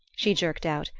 she jerked out,